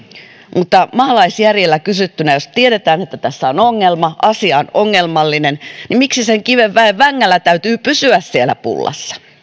mutta maalaisjärjellä kysyttynä jos tiedetään että tässä on ongelma asia on ongelmallinen niin miksi sen kiven väen vängällä täytyy pysyä siellä pullassa